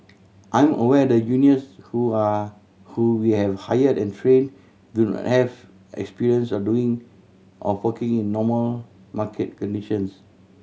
I'm aware the juniors who are who we have hired and trained don't have experience of doing of working in normal market conditions